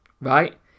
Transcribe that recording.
Right